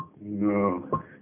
No